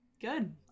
good